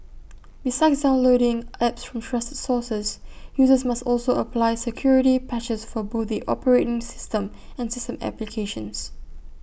besides downloading apps from trusted sources users must also apply security patches for both the operating system and system applications